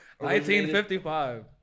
1955